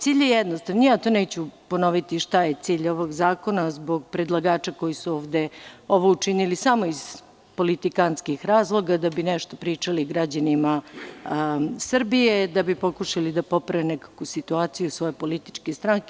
Cilj je jednostavan, neću ponoviti šta je cilj ovog zakona zbog predlagača koji su ovo učinili samo zbog politikantskih razloga, da bi nešto pričali građanima Srbije, da bi pokušali nekako da poprave situaciju svoje političke stranke.